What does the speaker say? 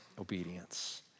obedience